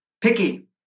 picky